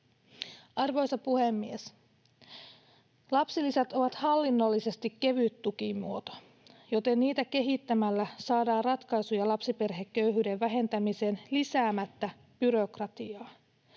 Arvoisa puhemies! Lapsilisät ovat hallinnollisesti kevyt tukimuoto, joten niitä kehittämällä saadaan ratkaisuja lapsiperheköyhyyden vähentämiseen lisäämättä byrokratiaa.